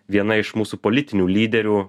viena iš mūsų politinių lyderių